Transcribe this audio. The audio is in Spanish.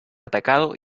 atacado